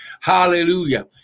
Hallelujah